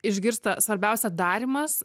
išgirsta svarbiausia darymas